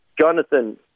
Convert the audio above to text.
Jonathan